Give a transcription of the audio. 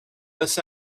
miss